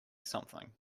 something